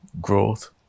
growth